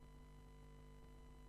הרווחה והבריאות.